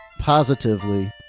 positively